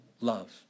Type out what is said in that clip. love